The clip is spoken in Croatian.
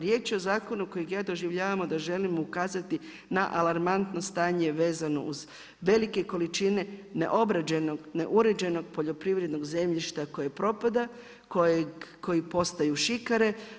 Riječ je o zakonu kojeg ja doživljavam da želimo ukazati na alarmantno stanje vezano uz velike količine neobrađenog, neuređenog poljoprivrednog zemljišta koje propada, koji postaju šikare.